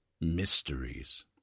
mysteries